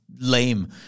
lame